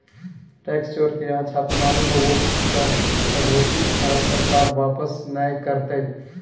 tax चोर के यहां छापेमारी होबो पर अघोषित आय सरकार वापस नय करतय